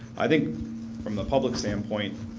i think from the public standpoint,